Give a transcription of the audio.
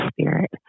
Spirit